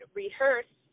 rehearse